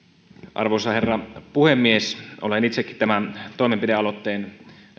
arvoisa herra puhemies olen itsekin tämän toimenpidealoitteen